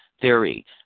theory